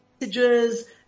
messages